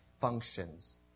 functions